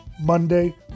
Monday